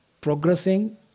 progressing